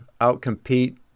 outcompete